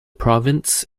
province